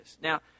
Now